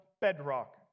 bedrock